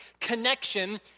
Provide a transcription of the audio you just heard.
connection